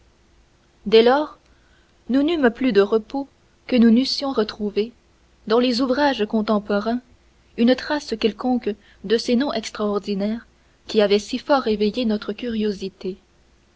dès lors nous n'eûmes plus de repos que nous n'eussions retrouvé dans les ouvrages contemporains une trace quelconque de ces noms extraordinaires qui avaient fort éveillé notre curiosité